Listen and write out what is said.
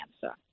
cancer